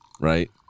right